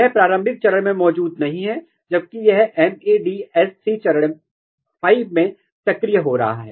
यह प्रारंभिक चरण में मौजूद नहीं है जबकि यह MADS3 चरण 5 में सक्रिय हो रहा है